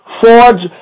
forge